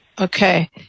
okay